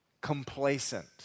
complacent